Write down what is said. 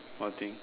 what thing